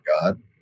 God